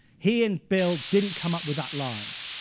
he and bill didn't come up with that line.